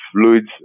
fluids